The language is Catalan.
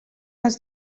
els